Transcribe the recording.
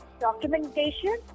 documentation